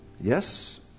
yes